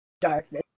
darkness